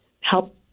help